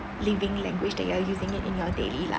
living language that you are using it in your daily life